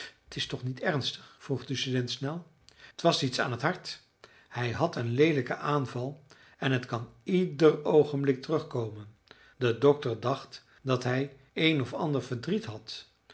t is toch niet ernstig vroeg de student snel t was iets aan t hart hij had een leelijken aanval en het kan ieder oogenblik terugkomen de dokter dacht dat hij een of ander verdriet had